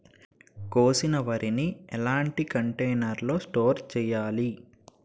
కోసిన వరిని ఎలాంటి కంటైనర్ లో స్టోర్ చెయ్యాలి?